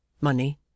money